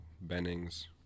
Bennings